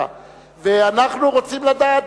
ואנחנו רוצים לדעת,